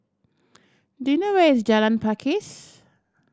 do you know where is Jalan Pakis